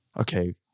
okay